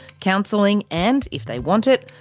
counselling and, if they want it,